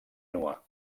nua